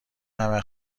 همه